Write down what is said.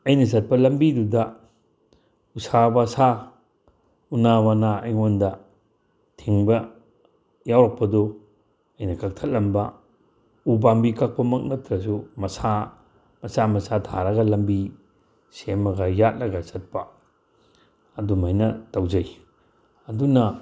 ꯑꯩꯅ ꯆꯠꯄ ꯂꯝꯕꯤꯗꯨꯗ ꯎꯁꯥ ꯋꯥꯁꯥ ꯎꯅꯥ ꯋꯥꯅꯥ ꯑꯩꯉꯣꯟꯗ ꯊꯦꯡꯕ ꯌꯥꯎꯔꯛꯄꯗꯨ ꯑꯩꯅ ꯀꯛꯊꯠꯂꯝꯕ ꯎꯄꯥꯝꯕꯤꯃꯛ ꯀꯛꯄ ꯅꯠꯇ꯭ꯔꯁꯨ ꯃꯁꯥ ꯃꯆꯥ ꯃꯆꯥ ꯊꯥꯔꯒ ꯂꯝꯕꯤ ꯁꯦꯝꯃꯒ ꯌꯥꯠꯂꯒ ꯆꯠꯄ ꯑꯗꯨꯃꯥꯏꯅ ꯇꯧꯖꯩ ꯑꯗꯨꯅ